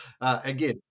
Again